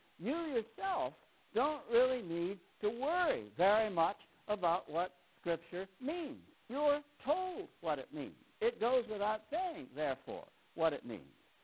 you yourself don't really need to worry very much about what scripture means. you told what it means. it goes without saying therefore what it means.